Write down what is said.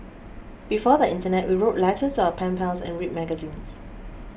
before the internet we wrote letters to our pen pals and read magazines